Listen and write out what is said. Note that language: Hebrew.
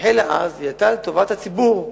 שהחלה אז, היתה לטובת הציבור,